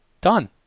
Done